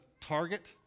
target